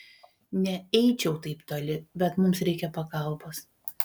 neeičiau taip toli bet mums reikia pagalbos